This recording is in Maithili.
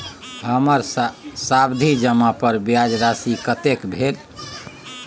हमर सावधि जमा पर ब्याज राशि कतेक भेल?